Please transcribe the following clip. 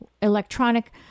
electronic